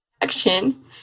action